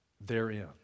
therein